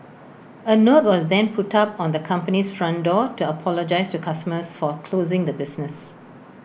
A note was then put up on the company's front door to apologise to customers for closing the business